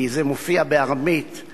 כי זה מופיע בארמית,